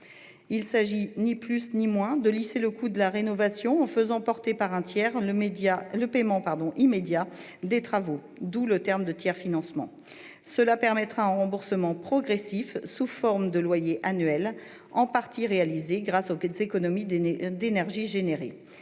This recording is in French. Il s'agit ni plus ni moins de lisser le coût de la rénovation en faisant porter par un tiers le paiement immédiat des travaux, d'où le terme de « tiers-financement ». Cela permettra un remboursement progressif, sous forme de loyer annuel, en partie réalisé grâce aux économies d'énergie induites.